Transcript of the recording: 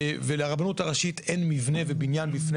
ולרבות הראשית אין מבנה ובניין בפני